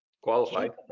qualified